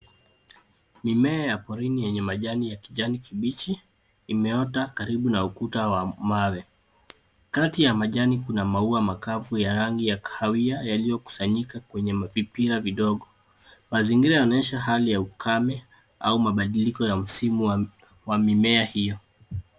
Mimea ya porini yenye majani ya kijani kibichi, imeota karibu na ukuta wa mawe. Kati ya majani kuna maua makavu ya rangi ya kahawia, yaliyo kusanyika kwenye vipira vidogo. Saa zingine inaonyesha hali ya ukame au mabadiliko ya misimu ya mimea hio.